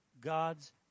God's